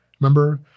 Remember